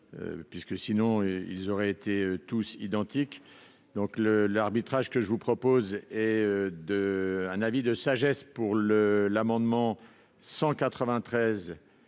que sinon ils auraient été tous identiques, donc le l'arbitrage que je vous propose et de un avis de sagesse pour le l'amendement 193